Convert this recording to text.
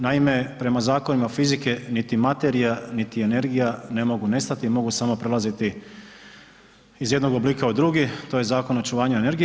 Naime, prema zakonima fizike niti materija, niti energija ne mogu nestati, mogu samo prelaziti iz jednog oblika u drugi to je Zakon očuvanja energije.